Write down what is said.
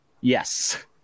yes